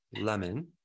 lemon